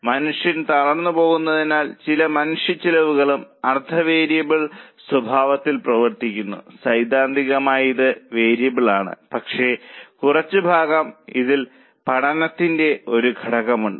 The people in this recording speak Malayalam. മനുഷ്യൻ തളർന്നുപോകുന്നതിനാൽ ചില മനുഷ്യച്ചെലവുകളും അർദ്ധ വേരിയബിൾ സ്വഭാവത്തിൽ പ്രവർത്തിക്കുന്നു സൈദ്ധാന്തികമായി ഇത് വേരിയബിളാണ് പക്ഷേ കുറച്ചു ഭാഗം ഇതിൽ പഠനത്തിന്റെ ഒരു ഘടകമുണ്ട്